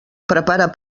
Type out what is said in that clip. prepara